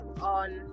on